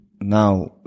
now